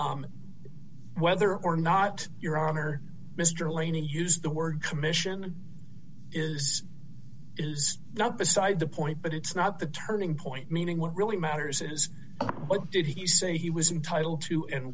appealed whether or not your honor mr laney used the word commission is not beside the point but it's not the turning point meaning what really matters it is what did he say he was entitled to and